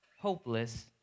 hopeless